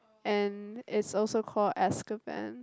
and it's also called Azkaban